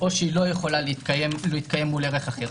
או שהיא לא יכולה להתקיים מול ערך אחר.